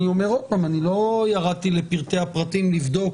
אני אומר עוד פעם שלא ירדתי לפרטי-הפרטים לבדוק